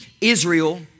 Israel